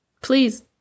Please